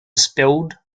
spelled